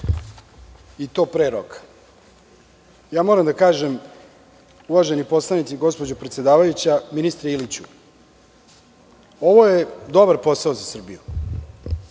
I to pre roka. Moram da kažem, uvaženi poslanici, gospođo predsedavajuća, ministre Iliću, ovo je dobar posao za Srbiju.